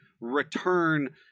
return